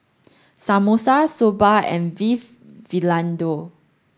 Samosa Soba and Beef Vindaloo